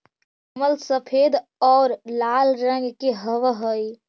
कमल सफेद और लाल रंग के हवअ हई